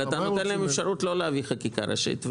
אבל אתה נותן להם אפשרות לא להביא חקיקה ראשית.